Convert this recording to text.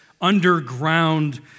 underground